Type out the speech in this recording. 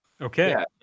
Okay